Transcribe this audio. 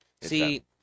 see